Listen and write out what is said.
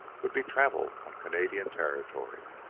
would be travelled on canadian territory.